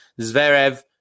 Zverev